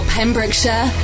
Pembrokeshire